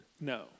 No